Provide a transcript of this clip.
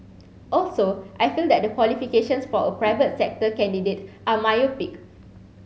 also I feel that the qualifications for a private sector candidate are myopic